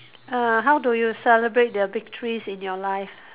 uh how do you celebrate the victories in your life